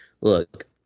look